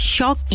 Shock